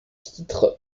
titre